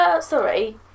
sorry